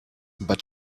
but